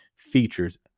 features